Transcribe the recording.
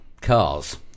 cars